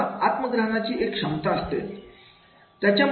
आता आत्म ग्रहणाची एक क्षमता असते